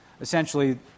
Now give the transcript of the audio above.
essentially